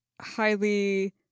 highly